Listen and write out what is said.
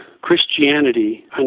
Christianity